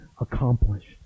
accomplished